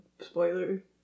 spoiler